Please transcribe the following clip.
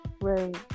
right